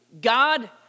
God